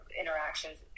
interactions